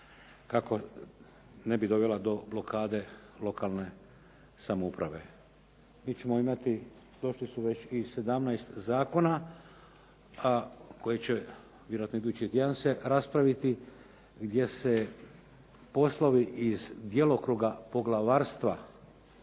kako ne bi dovela do blokade lokalne samouprave. Mi ćemo imati, došli su već i 17 zakona, a koji će vjerojatno idući tjedan se raspraviti a gdje se poslovi iz djelokruga poglavarstva